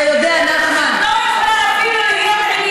את גזענית, אתם איבדתם,